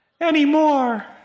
anymore